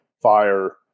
fire